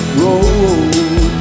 road